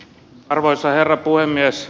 arvoisa herra puhemies